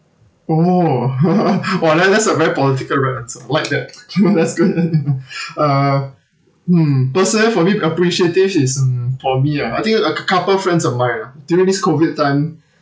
oh !wah! that~ that's a very political rep answer I like that that's good uh hmm personally for me appreciative is mm for me ah I think a cou~ couple friends of mine ah during this COVID time